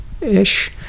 Ish